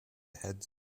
heads